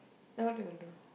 then what you'll do